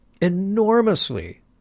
enormously